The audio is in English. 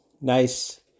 nice